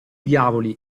diavoli